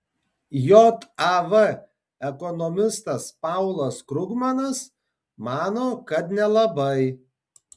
jav ekonomistas paulas krugmanas mano kad nelabai